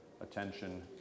attention